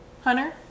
Hunter